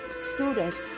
students